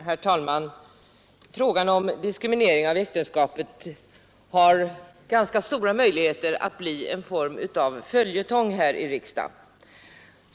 Herr talman! Frågan om diskriminering av äktenskapet har ganska stora möjligheter att bli en form av följetong här i riksdagen.